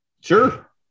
Sure